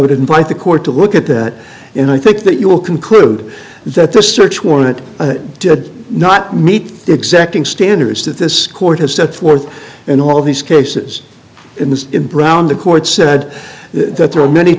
would invite the court to look at that in i think that you will conclude that the search warrant did not meet the exacting standards that this court has set forth in all these cases in the in brown the court said that there are many